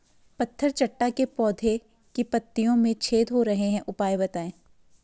पत्थर चट्टा के पौधें की पत्तियों में छेद हो रहे हैं उपाय बताएं?